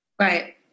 Right